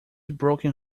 broken